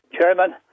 chairman